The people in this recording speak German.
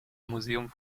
museum